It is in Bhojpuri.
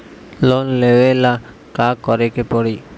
लोन लेबे ला का करे के पड़ी?